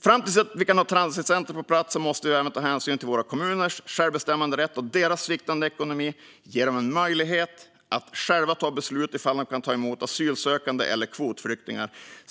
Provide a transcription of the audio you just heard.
Fram tills att vi kan ha transitcenter på plats måste vi även ta hänsyn till våra kommuners självbestämmanderätt och deras sviktande ekonomi och ge dem möjlighet att själva ta beslut om de kan ta emot asylsökande eller kvotflyktingar.